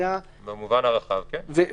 במובן הרחב, כן.